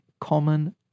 common